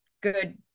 good